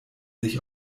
sich